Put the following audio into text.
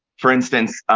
for instance,